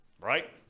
right